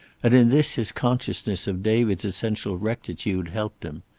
and in this his consciousness of david's essential rectitude helped him.